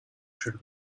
should